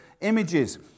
images